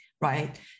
right